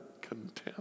contempt